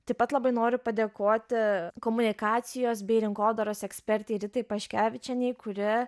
taip pat labai noriu padėkoti komunikacijos bei rinkodaros ekspertei ritai paškevičienei kuri